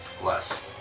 Less